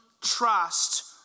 trust